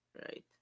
right